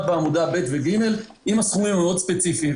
בעמודה ב ו-ג את הסכומים הספציפים.